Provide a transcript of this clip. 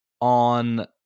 on